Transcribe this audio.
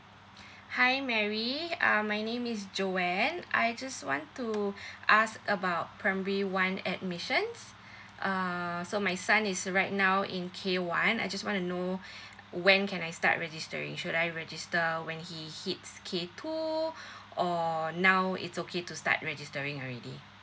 hi Mary uh my name is Joanne I just want to ask about primary one admissions uh so my son is right now in K one I just want to know when can I start registering should I register when he hits K two or now it's okay to start registering already